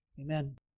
Amen